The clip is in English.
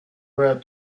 were